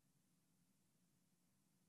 לאור הנרות.